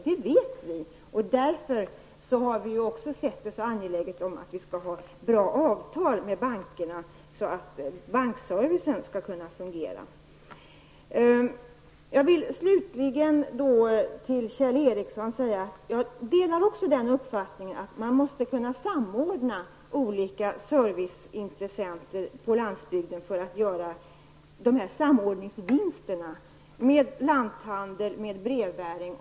Men det är ju därför som vi anser att det är mycket angeläget att ha bra avtal med bankerna, så att bankservicen kan fungera. Slutligen vill jag säga följande till Kjell Ericsson. Jag delar uppfattningen att det måste gå att samordna olika serviceintressenters verksamheter på landsbygden för att få samordningsvinster. Det gäller t.ex. lanthandeln och lantbrevbäringen.